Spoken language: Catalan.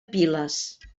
piles